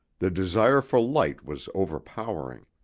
the desire for light was overpowering.